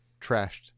trashed